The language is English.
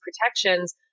protections